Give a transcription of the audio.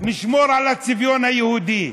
נשמור על הצביון היהודי.